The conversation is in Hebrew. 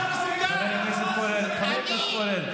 אולי תביא את החברים שלך מהחמאס, אתה לא מסוגל.